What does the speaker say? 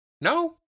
No